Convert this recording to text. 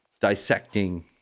dissecting